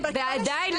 ועדיין,